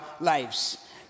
lives